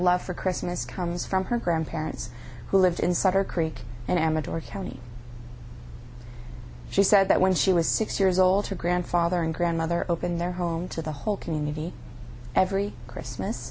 love for christmas comes from her grandparents who lived inside her creek and amador county she said that when she was six years old her grandfather and grandmother opened their home to the whole community every christmas